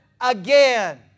again